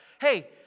hey